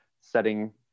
setting